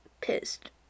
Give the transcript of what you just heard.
pissed